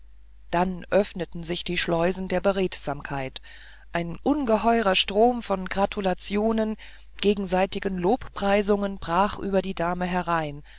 dann öffneten sich die schleusen der beredsamkeit ein ungeheurer strom von gratulationen gegenseitigen lobpreisungen brach über die dame herein